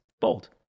bold